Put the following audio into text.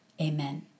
Amen